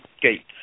gates